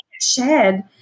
shared